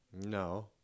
No